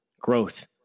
growth